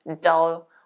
dull